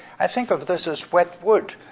i think of this as wet wood,